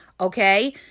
okay